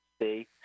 See